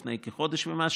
לפני כחודש ומשהו.